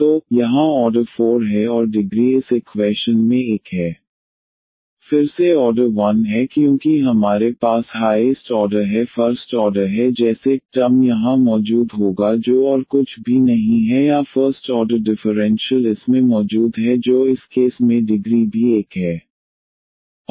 तो यहां ऑर्डर 4 है और डिग्री इस इक्वैशन में 1 है फिर से ऑर्डर 1 है क्योंकि हमारे पास हाईएस्ट ऑर्डर है फर्स्ट ऑर्डर है जैसे dy dx टर्म यहां मौजूद होगा जो और कुछ भी नहीं है या फर्स्ट ऑर्डर डिफरेंशियल इसमें मौजूद है जो इस केस मे डिग्री भी 1 है